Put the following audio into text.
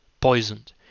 poisoned